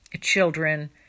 children